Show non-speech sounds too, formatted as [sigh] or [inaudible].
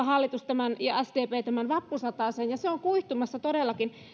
[unintelligible] hallitus ja sdp tämän vappusatasen ja se on kuihtumassa todellakin